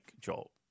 Joel